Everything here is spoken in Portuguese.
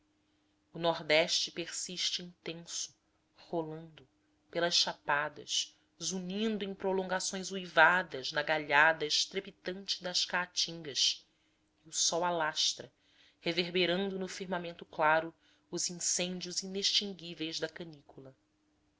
o nordeste persiste intenso rolante pelas chapadas zunindo em prolongações uivadas na galhada estrepitante das caatingas e o sol alastra reverberando no firmamento claro os incêndios inextinguíveis da canícula